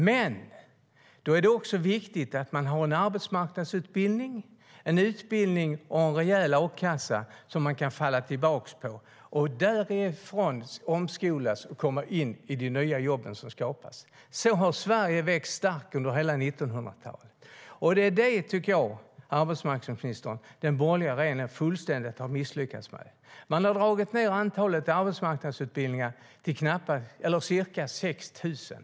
Då är det dock också viktigt att det finns en arbetsmarknadsutbildning och en rejäl a-kassa för människor att falla tillbaka på, så att de därifrån kan omskolas och komma in i de nya jobb som skapas. Så har Sverige vuxit starkt under hela 1900-talet. Det är det här jag tycker att den borgerliga regeringen har misslyckats fullständigt med, arbetsmarknadsministern. Man har dragit ned antalet arbetsmarknadsutbildningar till ca 6 000.